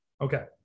Okay